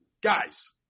guys